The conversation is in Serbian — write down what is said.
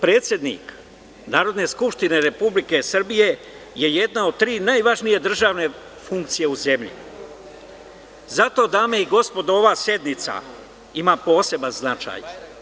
Predsednik Narodne skupštine Republike Srbije je jedna od tri najvažnije funkcije u zemlji, zato dame i gospodo ova sednica ima poseban značaj.